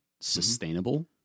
sustainable